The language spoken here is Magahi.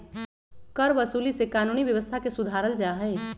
करवसूली से कानूनी व्यवस्था के सुधारल जाहई